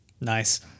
Nice